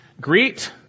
Greet